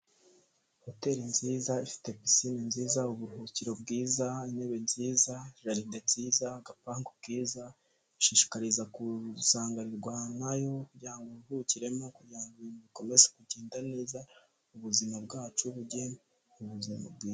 Hoteli nziza, ifite pisine nziza, uburuhukiro bwiza, intebe nziza, jalide nziza, agapangu keza, ishishikariza kuganirwa nayo byahukiremo, kugira ngo ibintu bikomeze kugenda neza ubuzima bwacu bujye mu buzima bwiza.